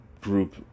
Group